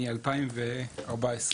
מ-2014.